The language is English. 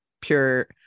pure